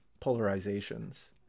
polarizations